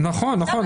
בהוראות.